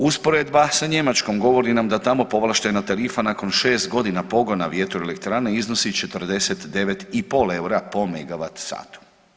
Usporedba sa Njemačkom govori nam da tamo povlaštena tarifa nakon 6 godina pogona vjetroelektrane iznosi 94,5 EUR-a po megavat satu.